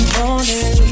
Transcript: morning